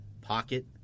pocket